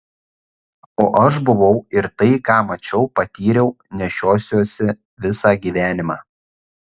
o aš buvau ir tai ką mačiau patyriau nešiosiuosi visą gyvenimą